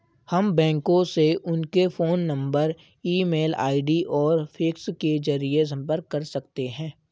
हम बैंकों से उनके phone number email ID और फैक्स के जरिए संपर्क कर सकते हैं